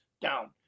down